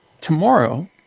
tomorrow